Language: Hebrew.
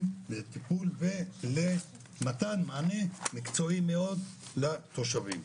לטיפול ולמתן מענה מקצועי מאוד לתושבים.